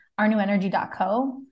ournewenergy.co